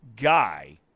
guy